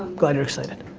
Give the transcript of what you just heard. glad you're excited.